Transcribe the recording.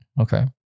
okay